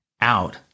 out